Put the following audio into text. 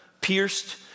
pierced